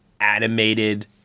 animated